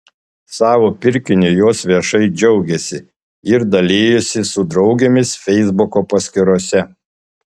savo pirkiniu jos viešai džiaugėsi ir dalijosi su draugėmis feisbuko paskyrose